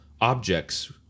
objects